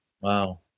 Wow